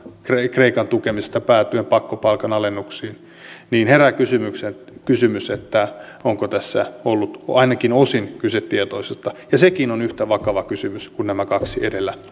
kreikan tukemisesta päätyen pakkopalkanalennuksiin niin herää kysymys onko tässä ollut ainakin osin kyse tietoisesta ja sekin on yhtä vakava kysymys kuin nämä kaksi edellä